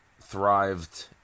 thrived